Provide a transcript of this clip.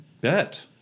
bet